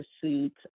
pursuit